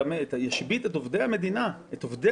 השופטים בעייתיים, עובדי